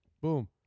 Boom